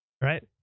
right